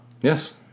Yes